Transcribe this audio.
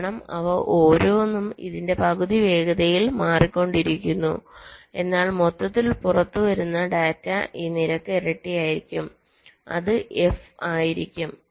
കാരണം അവ ഓരോന്നും ഇതിന്റെ പകുതി വേഗതയിൽ മാറിക്കൊണ്ടിരിക്കുന്നു എന്നാൽ മൊത്തത്തിൽ പുറത്തുവരുന്ന ഡാറ്റ ഈ നിരക്ക് ഇരട്ടിയായിരിക്കും അത് f ആയിരിക്കും